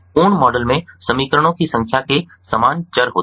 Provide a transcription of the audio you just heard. पूर्ण मॉडल में समीकरणों की संख्या के समान चर होते हैं